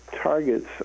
targets